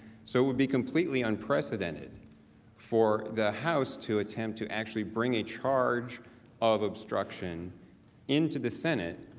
so it would be completely unprecedented for the house to attempt to actually bring a charge of obstruction into the senate,